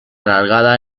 alargada